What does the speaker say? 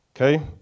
Okay